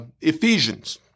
Ephesians